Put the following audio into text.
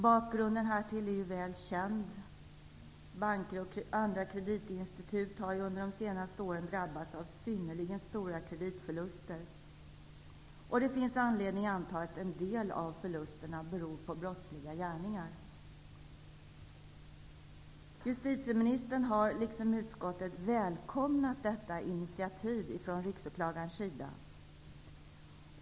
Bakgrunden härtill är väl känd: banker och andra kreditinstitut har ju under de senaste åren drabbats av synnerligen stora kreditförluster, och det finns anledning att anta att en del av förlusterna beror på brottsliga gärningar. Justitieministern, liksom utskottet, har välkomnat detta initiativ från riksåklagarens sida.